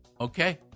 Okay